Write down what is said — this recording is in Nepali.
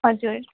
हजुर